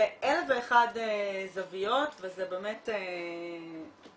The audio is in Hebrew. ו-1001 זוויות וזה באמת